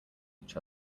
each